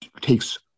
takes